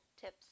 tips